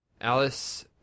Alice